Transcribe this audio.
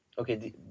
okay